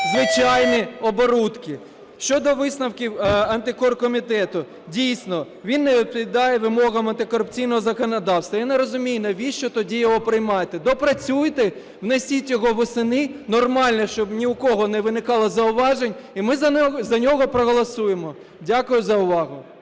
звичайні оборудки. Щодо висновків антикор комітету, дійсно, він не відповідає вимогам антикорупційного законодавства. Я не розумію, навіщо тоді його приймати. Доопрацюйте, внесіть його восени, нормально, щоб ні у кого не виникало зауважень і ми за нього проголосуємо. Дякую за увагу.